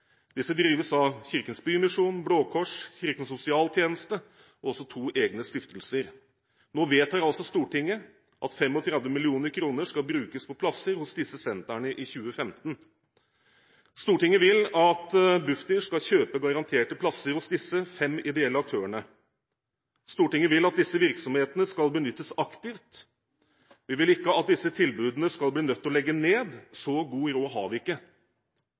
Disse drives av Kirkens Bymisjon, Blå Kors, Kirkens Sosialtjeneste og to egne stiftelser. Nå vedtar Stortinget at 35 mill. kr skal brukes på plasser hos disse sentrene i 2015. Stortinget vil at Bufdir skal kjøpe garanterte plasser hos disse fem ideelle aktørene. Stortinget vil at disse virksomhetene skal benyttes aktivt. Vi vil ikke at disse tilbudene skal bli nødt til å legge ned. Så god råd har vi ikke,